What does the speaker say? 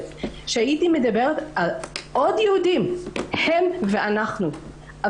מדברת על עוד יהודים ואומרת הם ואנחנו.